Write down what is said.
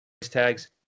tags